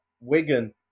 Wigan